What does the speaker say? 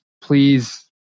Please